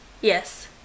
Yes